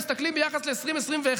אם מסתכלים ביחס ל-2021,